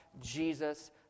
Jesus